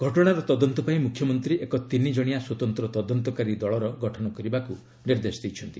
ଘଟଣାର ତଦନ୍ତ ପାଇଁ ମୁଖ୍ୟମନ୍ତ୍ରୀ ଏକ ତିନିଜଣିଆ ସ୍ୱତନ୍ତ୍ର ତଦନ୍ତକାରୀ ଦଳ ଗଠନ କରିବାକୁ ନିର୍ଦ୍ଦେଶ ଦେଇଛନ୍ତି